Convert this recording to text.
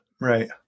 Right